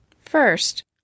First